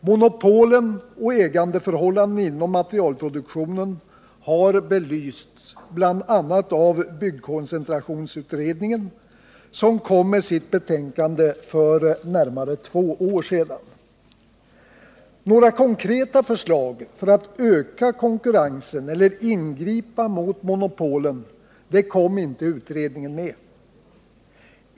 Monopolen och ägandeförhållanden inom materialproduktionen har belysts, bl.a. av byggkoncentrationsutredningen, som kom med sitt betän kande för närmare två år sedan. Några konkreta förslag för att öka konkurrensen eller ingripa mot monopolen kom inte utredningen med.